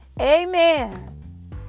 Amen